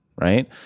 right